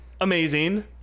amazing